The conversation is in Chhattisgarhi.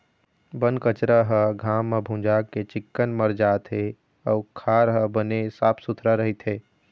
बन कचरा ह घाम म भूंजा के चिक्कन मर जाथे अउ खार ह बने साफ सुथरा रहिथे